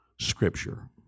Scripture